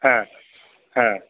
ह ह